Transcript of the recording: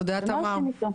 ומה עושים איתו.